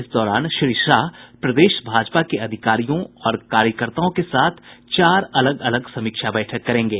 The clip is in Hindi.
इस दौरान श्री शाह प्रदेश भाजपा के अधिकारियों और कार्यकर्ताओं के साथ चार अलग अलग समीक्षा बैठक करेंगे